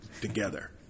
together